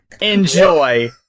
enjoy